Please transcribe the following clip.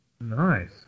Nice